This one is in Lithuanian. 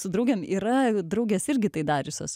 su draugėm yra draugės irgi tai dariusios